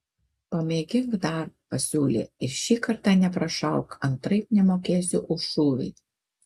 pamėgink dar pasiūlė ir šį kartą neprašauk antraip nemokėsiu už šūvį